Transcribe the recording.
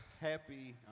happy